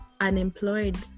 unemployed